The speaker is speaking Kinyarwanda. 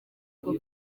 bwo